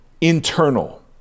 internal